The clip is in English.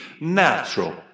natural